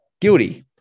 Guilty